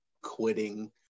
quitting